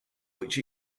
which